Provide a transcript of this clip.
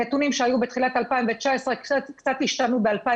הנתונים שהיו בתחילת 2019 קצת השתנו ב-2020.